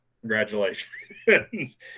Congratulations